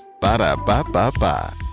Ba-da-ba-ba-ba